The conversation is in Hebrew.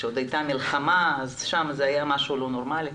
פשוט הייתה מלחמה ושם זה היה משהו לא נורמלי.